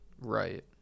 Right